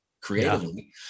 creatively